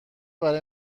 برای